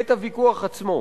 את הוויכוח עצמו.